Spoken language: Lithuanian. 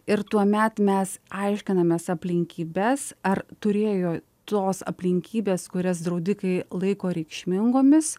ir tuomet mes aiškinamės aplinkybes ar turėjo tos aplinkybės kurias draudikai laiko reikšmingomis